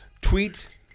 tweet